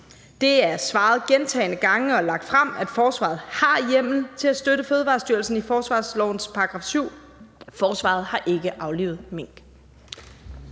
har jeg svaret gentagne gange og lagt frem, altså at forsvaret har hjemmel til at støtte Fødevarestyrelsen i forsvarslovens § 7. Forsvaret har ikke aflivet mink.